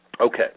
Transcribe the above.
Okay